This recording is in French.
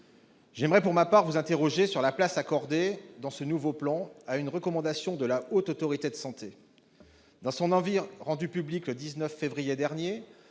J'aimerais, pour ma part, vous interroger sur la place accordée, dans ce nouveau plan, à une recommandation de la Haute Autorité de santé. Dans son avis rendu public le 19 février dernier,